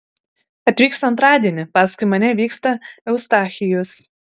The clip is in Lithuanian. atvyksiu antradienį paskui mane vyksta eustachijus